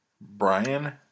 Brian